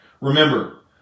Remember